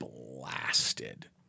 blasted